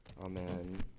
Amen